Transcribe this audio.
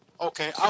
Okay